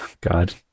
God